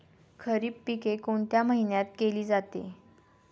खरीप पिके कोणत्या महिन्यात केली जाते?